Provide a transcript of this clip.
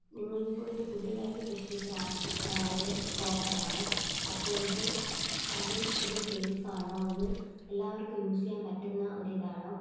നിങ്ങൾ ഇപ്പോൾ ഇത് പുതിയതായിട്ട് സൃഷ്ടിച്ച ആപ്പ് ഒരു പോർട്ടൽ ആണ് അപ്പോൾ ഇത് ആദ്യം ഇത് സേഫ് ആണോ ഇത് എല്ലാവർക്കും യൂസ് ചെയ്യാൻ പറ്റുന്ന ഒരിതാണോ